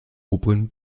oben